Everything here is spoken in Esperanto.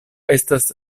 estas